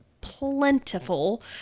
plentiful